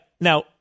Now